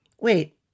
Wait